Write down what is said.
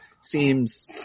seems